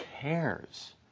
cares